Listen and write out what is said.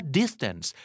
distance